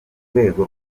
rwego